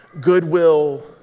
goodwill